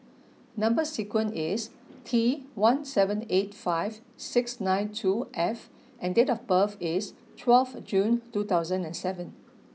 number sequence is T one seven eight five six nine two F and date of birth is twelfth June two thousand and seven